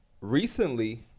recently